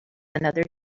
another